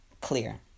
clear